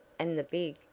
and the big,